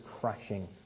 crashing